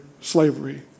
slavery